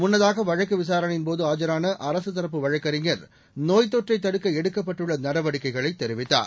முன்னதாக வழக்கு விசாரணையின்போது ஆஜான அரசு தரப்பு வழக்கறிஞர் நோய்த் தொற்றைத் தடுக்க எடுக்கப்பட்டுள்ள நடவடிக்கைகளை தெரிவித்தார்